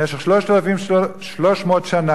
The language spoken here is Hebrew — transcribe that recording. במשך 3,300 שנה,